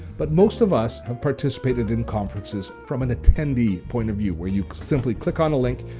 but most of us have participated in conferences from an attendee point of view, where you simply click on a link,